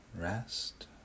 rest